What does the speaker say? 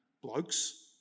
blokes